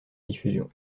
diffusion